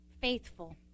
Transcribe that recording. faithful